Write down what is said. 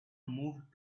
moved